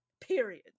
period